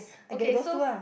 okay so